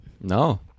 no